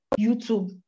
YouTube